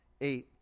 eight